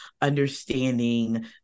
understanding